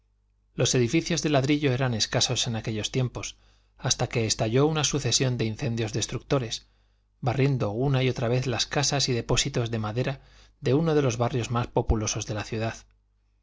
los edificios de ladrillo eran escasos en aquellos tiempos hasta que estalló una sucesión de incendios destructores barriendo una y otra vez las casas y depósitos de madera de uno de los barrios más populosos de la ciudad